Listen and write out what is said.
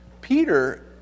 Peter